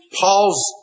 Paul's